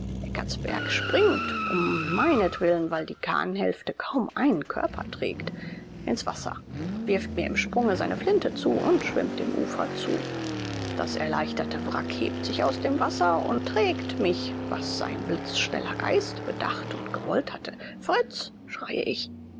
eckertsberg springt um meinetwillen weil die kahnhälfte kaum einen körper tragt ins wasser wirft mir im sprunge seine flinte zu und schwimmt dem ufer zu das erleichterte wrack hebt sich aus dem wasser und trägt mich was sein blitzschneller geist bedacht und gewollt hatte fritz schreie ich